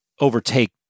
overtake